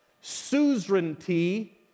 suzerainty